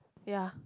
ya